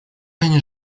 они